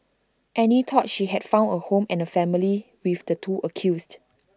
Annie thought she had found A home and A family with the two accused